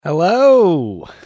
Hello